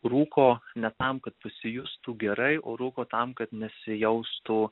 rūko ne tam kad pasijustų gerai o rūko tam kad nesijaustų